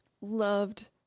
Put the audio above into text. loved